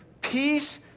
peace